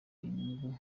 inyungu